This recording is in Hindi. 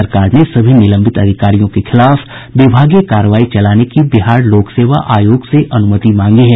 सरकार ने सभी निलंबित अधिकारियों के खिलाफ विभागीय कार्रवाई चलाने की बिहार लोक सेवा आयोग से अनुमति मांगी है